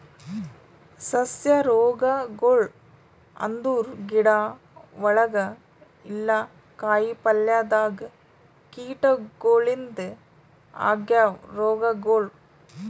ಸಸ್ಯ ರೋಗಗೊಳ್ ಅಂದುರ್ ಗಿಡ ಒಳಗ ಇಲ್ಲಾ ಕಾಯಿ ಪಲ್ಯದಾಗ್ ಕೀಟಗೊಳಿಂದ್ ಆಗವ್ ರೋಗಗೊಳ್